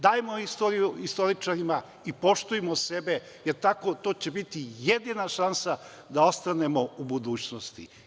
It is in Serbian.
Dajmo istoriju istoričarima i poštujmo sebe, jer to će biti jedina šansa da ostanemo u budućnosti.